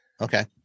Okay